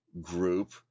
group